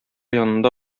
янында